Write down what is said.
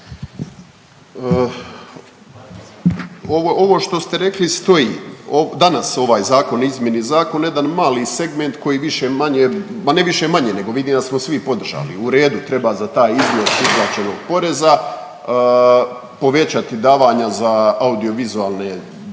ovo što ste rekli stoji. Danas ovaj zakon o izmjeni zakona je jedan mali segment koji više-manje, ma ne više-manje nego vidim da smo svi podržali i u redu. Treba za taj iznos uplaćenog poreza povećati davanja za audio vizualne uratke